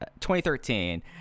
2013